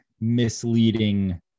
misleading